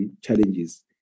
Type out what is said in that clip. challenges